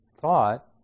thought